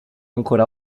ancora